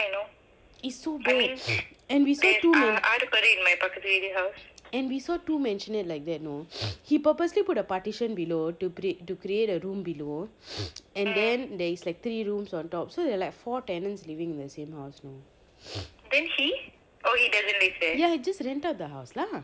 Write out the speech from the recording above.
is so bad and we saw two and we saw two maisonette like that know he purposely put a partition below to create to create a room below and then there is like three rooms on top so there's like four tenants living in the same house you know and he just rent out the house lah